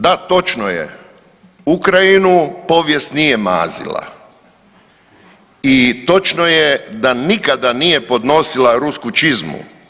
Da, točno je Ukrajinu povijest nije mazila i točno je da nikada nije podnosila rusku čizmu.